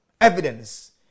Evidence